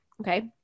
okay